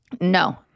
no